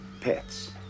pets